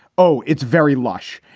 oh, it's very lush.